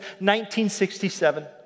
1967